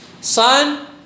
Son